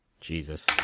Jesus